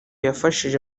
yafashije